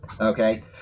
Okay